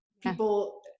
people